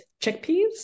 chickpeas